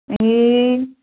ए